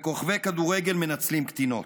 וכוכבי כדורגל מנצלים קטינות.